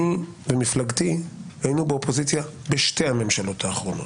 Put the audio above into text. אני ומפלגתי היינו באופוזיציה בשתי הממשלות האחרונות.